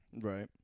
Right